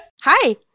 Hi